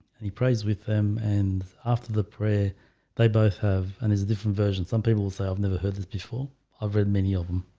and he prays with him and after the prayer they both have and his different version some people say i've never heard this before i've read many of them.